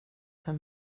för